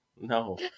No